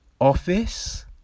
office